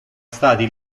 stati